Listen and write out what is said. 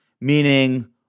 Meaning